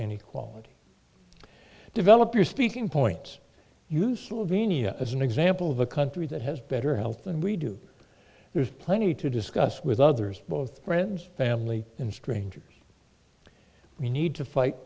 inequality developer speaking points you slovenia as an example of a country that has better health than we do there's plenty to discuss with others both friends family and strangers we need to fight